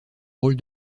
rôle